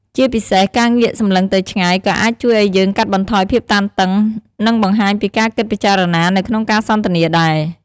ជាពិសេស ការងាកសំឡឹងទៅឆ្ងាយ ក៏អាចជួយអោយយើងកាត់បន្ថយភាពតានតឹង និងបង្ហាញពីការគិតពិចារណានៅក្នុងការសន្ទនាដែរ។